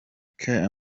caen